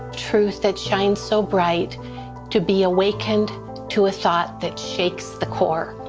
truth that shined so bright to be awakened to a thought that shakes the core.